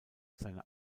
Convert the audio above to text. seine